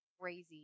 crazy